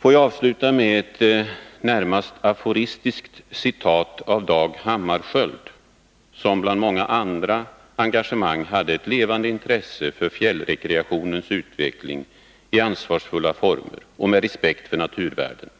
Får jag avsluta med ett närmast aforistiskt citat av Dag Hammarskjöld, som bland många andra engagemang hade ett levande intresse för fjällrekreationens utveckling i ansvarsfulla former och med respekt för naturvärden: